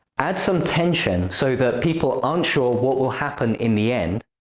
add some tension, so that people aren't sure what will happen in the end.